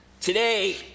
Today